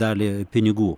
dalį pinigų